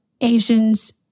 Asians